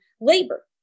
labor